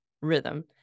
rhythm